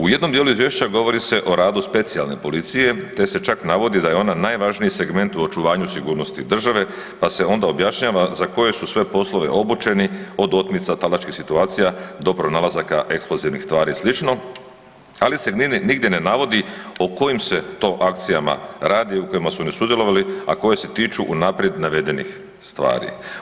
U jednom dijelu izvješća govori se o radu specijalne policije, te se čak navodi da je ona najvažniji segment u očuvanju sigurnosti države, pa se onda objašnjava za koje su sve poslove obučeni, od otmica, talačkih situacija do pronalazaka eksplozivnih tvari i slično, ali se nigdje ne navodi o kojim se to akcijama radi u kojima su oni sudjelovali, a koje se tiču unaprijed navedenih stvari.